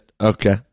Okay